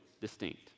distinct